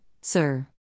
sir